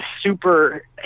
super